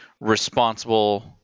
responsible